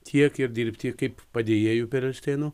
tiek ir dirbti kaip padėjėju perelšteino